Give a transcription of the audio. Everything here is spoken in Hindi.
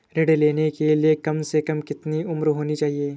ऋण लेने के लिए कम से कम कितनी उम्र होनी चाहिए?